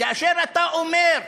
כאשר אתה אומר: